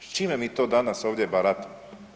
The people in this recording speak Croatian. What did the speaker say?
S čime mi to danas ovdje baratamo?